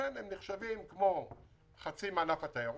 לכן הם נחשבים כמו חצי מענף התיירות,